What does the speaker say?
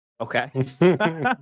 Okay